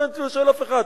לא הייתי שואל אף אחד.